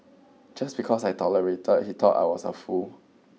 just because I tolerated he thought I was a fool